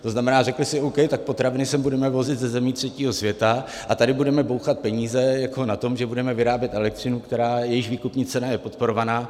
To znamená, řekli si, O. K., tak potraviny sem budeme vozit ze zemí třetího světa a tady budeme bouchat peníze na tom, že budeme vyrábět elektřinu, jejíž výkupní cena je podporovaná.